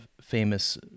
famous